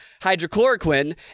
hydrochloroquine